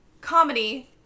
comedy